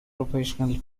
professionals